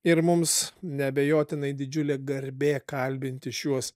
ir mums neabejotinai didžiulė garbė kalbinti šiuos